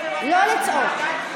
לא לצעוק.